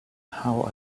how